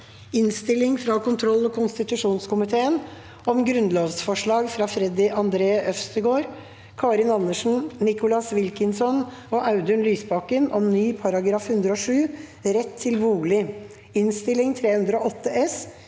Innstilling fra kontroll- og konstitusjonskomiteen om Grunnlovsforslag fra Freddy André Øvstegård, Karin Andersen, Nicholas Wilkinson og Audun Lysbakken om ny § 107 (rett til bolig) (Innst. 308